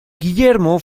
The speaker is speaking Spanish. guillermo